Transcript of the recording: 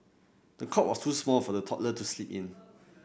the cot was too small for the toddler to sleep in